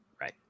Right